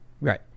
right